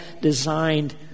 designed